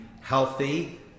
healthy